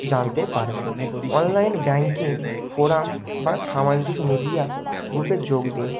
জানতে পারবেন online banking forum বা সামাজিক মিডিয়া গ্রুপে যোগ দিন